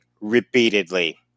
repeatedly